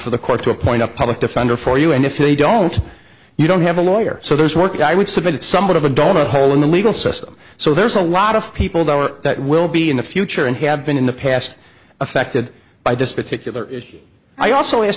for the court to appoint a public defender for you and if they don't you don't have a lawyer so there is work i would submit it's somewhat of a donut hole in the legal system so there's a lot of people that are that will be in the future and have been in the past affected by this particular issue i also ask